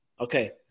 Okay